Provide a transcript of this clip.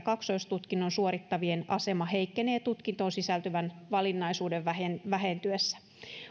kaksoistutkinnon suorittavien asema heikkenee tutkintoon sisältyvän valinnaisuuden vähentyessä